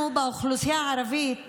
אנחנו באוכלוסייה הערבית